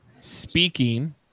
speaking